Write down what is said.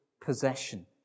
possession